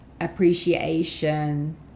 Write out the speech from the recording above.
appreciation